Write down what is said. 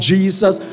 Jesus